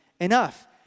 enough